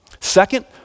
Second